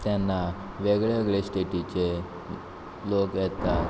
तेन्ना वेगळे वेगळे स्टेटीचे लोक येतात